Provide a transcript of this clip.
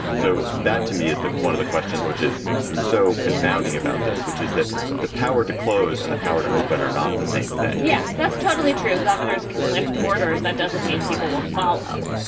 so that to me, is that one of the questions which is so confounding about this, which is that the power to close and the power to open are not the same thing yes, that's totally true. governors can lift orders. that doesn't mean people will follow.